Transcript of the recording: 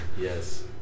Yes